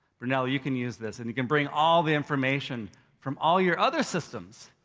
brunello, you can use this. and you can bring all the information from all your other systems.